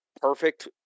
perfect